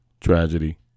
tragedy